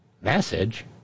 message